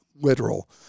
literal